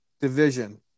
division